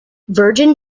virgin